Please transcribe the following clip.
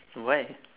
why